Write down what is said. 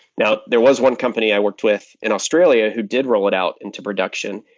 now there was one company i worked with in australia who did roll it out into production,